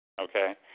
Okay